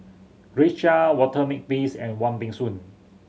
Grace Chia Walter Makepeace and Wong Peng Soon